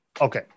Okay